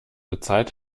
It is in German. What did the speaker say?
bezahlt